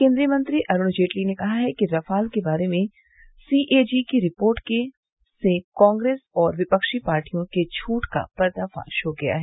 केंद्रीय मंत्री अरूण जेटली ने कहा है कि रफाल के बारे में सीएजी की रिपोर्ट से कांग्रेस और विपक्षी पार्टियों के झूठ का पर्दाफाश हो गया है